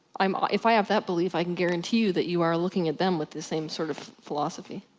um ah if i have that belief i can guarantee you that you are looking at them with the same sort of philosophy.